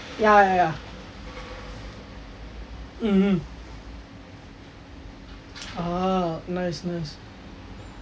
ya ya ya mm mm ah nice nice